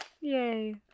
Yay